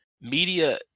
media